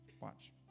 watch